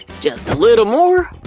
just a little more.